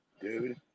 Dude